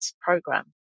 program